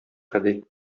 гади